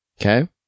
Okay